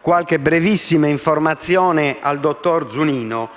qualche brevissima informazione al dottor Zunino.